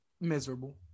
miserable